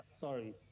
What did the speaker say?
sorry